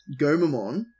Gomamon